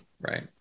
right